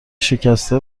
شکسته